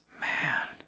man